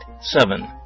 seven